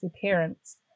parents